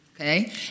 Okay